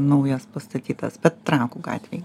naujas pastatytas bet trakų gatvėj